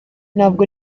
ntabwo